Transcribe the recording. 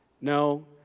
No